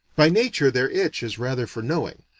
by nature their itch is rather for knowing,